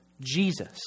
Jesus